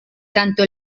tanto